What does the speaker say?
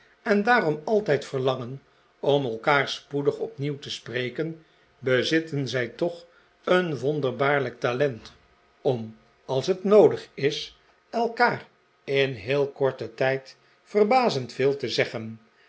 en daarom altijd verlangen om elkaar spoedig opnieuw te spreken bezitten zij toch een wonderbaarlijk talent om als het noodig is elkaar in een heel korten tijd vferbazend veel te zeggen